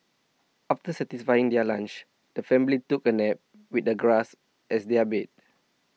after satisfying their lunch the family took a nap with the grass as their bed